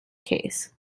case